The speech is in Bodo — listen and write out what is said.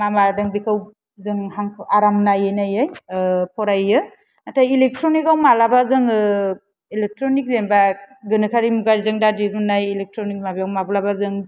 मा मादों बेखौ जों आराम नायै नायै ओ फरायो नाथाय एलेक्ट्र'निकाव माब्लाबा जोङो एलेक्ट्र'निक जेन'बा गोनोखोआरि मुगाजों दा दिहुननाय एलेक्ट्र'निक माबायाव माब्लाबा जों